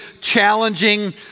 challenging